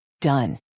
Done